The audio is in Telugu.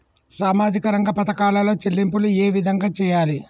సామాజిక రంగ పథకాలలో చెల్లింపులు ఏ విధంగా చేయాలి?